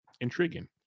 intriguing